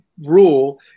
rule